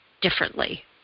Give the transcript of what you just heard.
differently